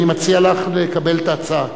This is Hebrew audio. אני מציע לך לקבל את ההצעה.